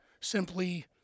simply